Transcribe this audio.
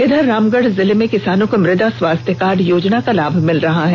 इधर रामगढ़ जिले में किसानों को मृदा स्वास्थ्य कार्ड योजना का लाभ मिल रहा है